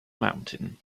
mountain